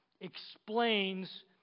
explains